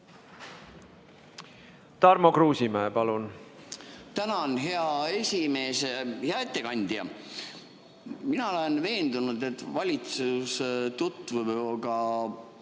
Tarmo Kruusimäe, palun! Tänan, hea esimees! Hea ettekandja! Mina olen veendunud, et valitsus tutvub